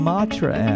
Matra